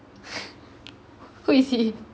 who is he